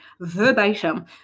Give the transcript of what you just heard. verbatim